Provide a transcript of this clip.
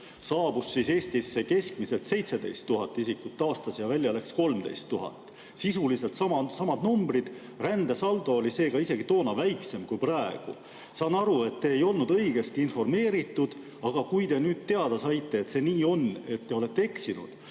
saabus Eestisse keskmiselt 17 000 isikut aastas ja välja läks 13 000. Sisuliselt samad numbrid. Rändesaldo oli seega isegi toona väiksem kui praegu. Saan aru, et te ei olnud õigesti informeeritud, aga kui te nüüd teada saite, et see nii on, et te olete eksinud,